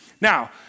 now